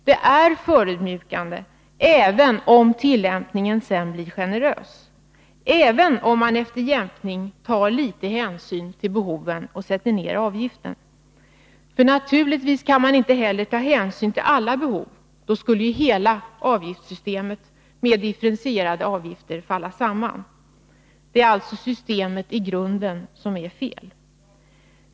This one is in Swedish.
Det är förödmjukande, även om tillämpningen sedan blir generös, även om man efter jämkning tar litet hänsyn till behoven och sätter ner avgiften. För naturligtvis kan man inte ta hänsyn till alla behov. Då skulle hela systemet med differentierade avgifter falla samman. Det är alltså systemet i grunden som är fel.